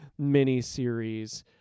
miniseries